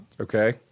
Okay